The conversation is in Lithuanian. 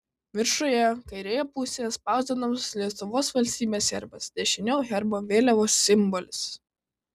viršuje kairėje pusėje spausdinamas lietuvos valstybės herbas dešiniau herbo vėliavos simbolis